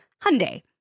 Hyundai